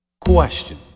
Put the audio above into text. Question